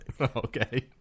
Okay